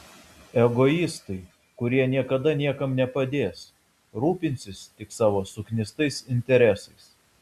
egoistai kurie niekada niekam nepadės rūpinsis tik savo suknistais interesais